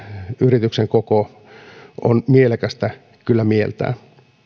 yrityksen koko on mielekästä kyllä mieltää